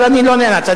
אבל אני לא נאלץ,